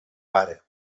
pare